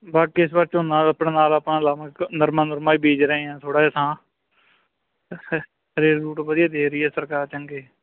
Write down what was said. ਬਾਕੀ ਇਸ ਵਾਰ ਝੋਨਾ ਨਰਮਾ ਨੁਰਮਾ ਵੀ ਬੀਜ ਰਹੇ ਹਾਂ ਥੋੜ੍ਹਾ ਜਿਹਾ ਥਾਂ ਰੇਟ ਰੂਟ ਵਧੀਆ ਦੇ ਰਹੀ ਹੈ ਸਰਕਾਰ ਚੰਗੇ